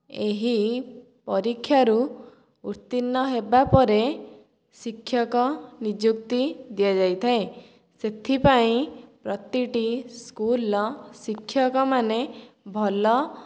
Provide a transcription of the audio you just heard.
ଏହି ପରୀକ୍ଷାରୁ ଉତ୍ତୀର୍ଣ୍ଣ ହେବାପରେ ଶିକ୍ଷକ ନିଯୁକ୍ତି ଦିଆଯାଇଥାଏ ସେଥିପାଇଁ ପ୍ରତିଟି ସ୍କୁଲ୍ର ଶିକ୍ଷକମାନେ ଭଲ